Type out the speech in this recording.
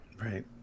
Right